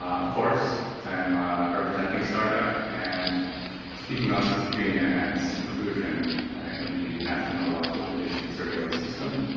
of course, i am representing sardaa and speaking on schizophrenia and its inclusion in the national neurological conditions surveillance system.